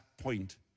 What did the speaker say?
point